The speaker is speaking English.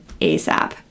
ASAP